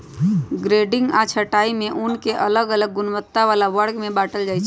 grading आऽ छँटाई में ऊन के अलग अलग गुणवत्ता बला वर्ग में बाटल जाइ छइ